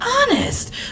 honest